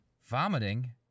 Vomiting